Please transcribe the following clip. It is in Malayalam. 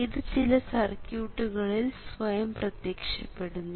ഇത് ചില സർക്യൂട്ടുകളിൽ സ്വയം പ്രത്യക്ഷപ്പെടുന്നു